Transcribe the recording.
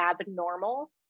abnormal